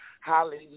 Hallelujah